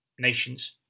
nations